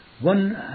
one